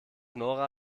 nora